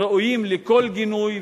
ראויים לכל גינוי,